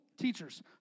Teachers